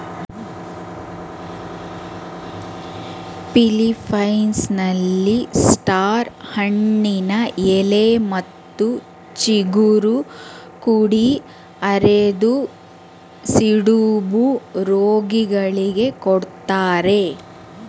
ಫಿಲಿಪ್ಪೈನ್ಸ್ನಲ್ಲಿ star ಹಣ್ಣಿನ ಎಲೆ ಮತ್ತು ಚಿಗುರು ಕುಡಿ ಅರೆದು ಸಿಡುಬು ರೋಗಿಗಳಿಗೆ ಕೊಡ್ತಾರೆ